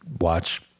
watch